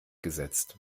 gesetzt